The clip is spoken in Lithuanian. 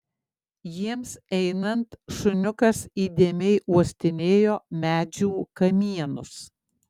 jiems einant šuniukas įdėmiai uostinėjo medžių kamienus